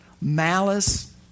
malice